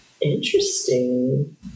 Interesting